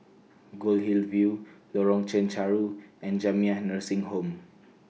Goldhill View Lorong Chencharu and Jamiyah Nursing Home